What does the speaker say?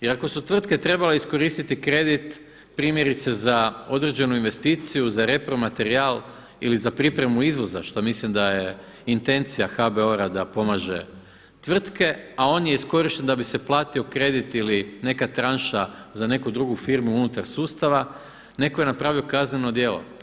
Jer ako su tvrtke trebale iskoristiti kredit primjerice za određenu investiciju, za repromaterijal ili za pripremu izvoza što mislim da je intencija HBOR-a da pomaže tvrtke a on je iskorišten da bi se platio kredit ili neka tranša za neku drugu firmu unutar sustava netko je napravio kazneno djelo.